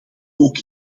ook